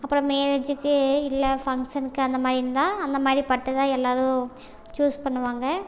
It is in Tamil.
அப்புறம் மேரேஜுக்கு இல்லை ஃபங்சனுக்கு அந்தமாதிரி இருந்தால் அந்தமாதிரி பட்டு தான் எல்லாரும் சூஸ் பண்ணுவாங்க